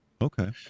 Okay